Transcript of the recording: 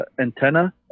antenna